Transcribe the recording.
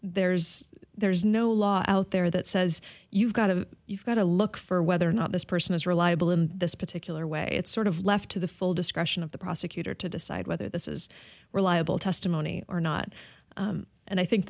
there's there's no law out there that says you've got to you've got to look for whether or not this person is reliable in this particular way it's sort of left to the full discretion of the prosecutor to decide whether this is reliable testimony or not and i think